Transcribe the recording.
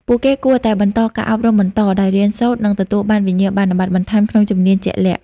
ពួកគេគួរតែបន្ត ការអប់រំបន្ត ដោយរៀនសូត្រ និងទទួលបានវិញ្ញាបនបត្របន្ថែមក្នុងជំនាញជាក់លាក់។